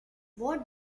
what